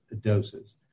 doses